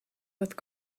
with